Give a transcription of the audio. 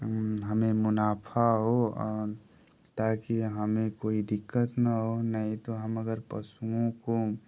हमें मुनाफ़ा हो और ताकि हमें कोई दिक़्क़त ना हो नहीं तो हम अगर पशुओं को